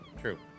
True